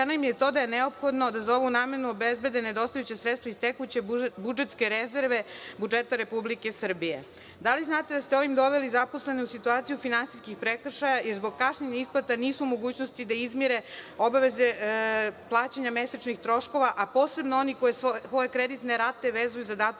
im je i to da je neophodno da za ovu namenu obezbede nedostajuća sredstva iz tekuće budžetske rezerve budžeta Republike Srbije. Da li znate da ste ovim doveli zaposlene u situaciju finansijskih prekršaja, jer zbog kašnjenja isplata nisu u mogućnosti da izmire obaveze plaćanja mesečnih troškova, a posebno oni koji svoje kreditne rate vezuju za datum